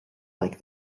like